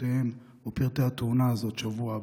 שמותיהם ואת פרטי התאונה הזו בשבוע הבא,